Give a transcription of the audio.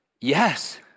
yes